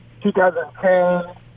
2010